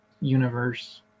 universe